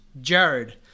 Jared